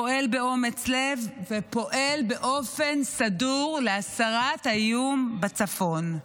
פועל באומץ לב ופועל באופן סדור להסרת האיום בצפון.